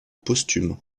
posthumes